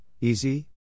easy